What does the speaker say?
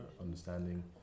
understanding